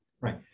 right